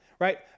right